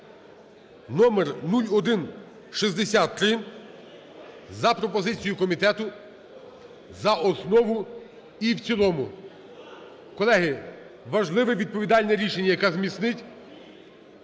(номер 0163) за пропозицією комітету за основу і в цілому. Колеги, важливе, відповідальне рішення, яке зміцнить